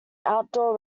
outdoor